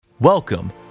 Welcome